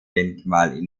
denkmal